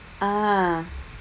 ah